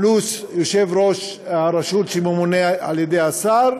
פלוס יושב-ראש הרשות שממונה על-ידי השר,